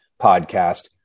podcast